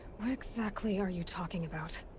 what exactly are you talking about?